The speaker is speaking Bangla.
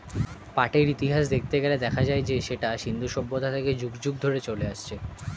পাটের ইতিহাস দেখতে গেলে দেখা যায় যে সেটা সিন্ধু সভ্যতা থেকে যুগ যুগ ধরে চলে আসছে